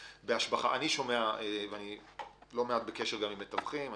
אני לא מעט בקשר גם עם מתווכים.